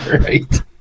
right